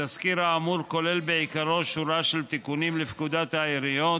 התזכיר האמור כולל בעיקרו שורה של תיקונים לפקודת העיריות